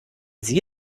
sie